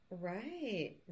Right